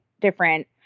different